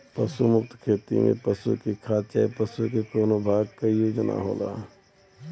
पशु मुक्त खेती में पशु के खाद चाहे पशु के कउनो भाग क यूज ना होला